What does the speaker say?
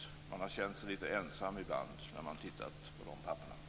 Man har känt sig litet ensam ibland när man har tittat på de papperna.